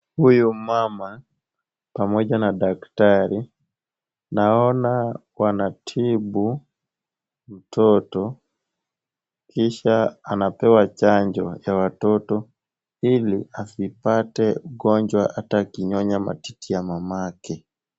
Huyu mama pamoja na daktari, naona wanatibu mtoto, kisha anapewa chanjo ya watoto, ili asipate ugonjwa ata akinyonya matiti ya mama yake.